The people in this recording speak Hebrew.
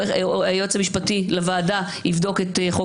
שהיועץ המשפטי לוועדה יבדוק את חוק